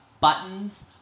buttons